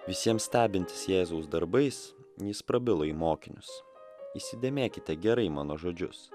visiems stebintis jėzus darbais jis prabilo į mokinius įsidėmėkite gerai mano žodžius